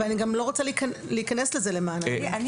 אבל אני לא רוצה להיכנס לזה למען האמת.